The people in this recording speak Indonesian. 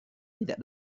tidak